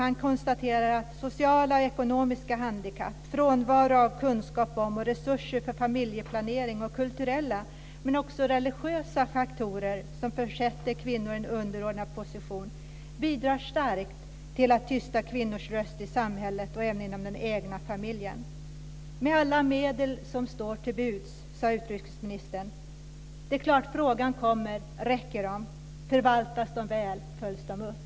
Han konstaterade att sociala och ekonomiska handikapp, frånvaro av kunskap om och resurser för familjeplanering och kulturella men också religiösa faktorer försätter kvinnor i en underordnad position. De bidrar starkt till att tysta kvinnors röster i samhället och även inom den egna familjen. Utrikesministern talade om att man skulle använda alla medel som står till buds. Det är klart att frågan om de räcker kommer. Förvaltas de väl? Följs de upp?